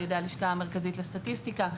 על ידי הלשכה המרכזית לסטטיסטיקה,